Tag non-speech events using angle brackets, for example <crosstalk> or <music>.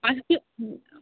اَسہِ <unintelligible>